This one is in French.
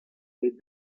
les